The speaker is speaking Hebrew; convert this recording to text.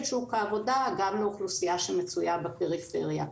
שוק העבודה גם לאוכלוסייה שמצויה בפריפריה.